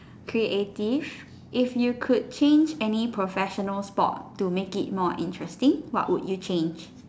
creative if you could change any professional sport to make it more interesting what would you change